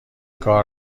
کار